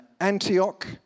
Antioch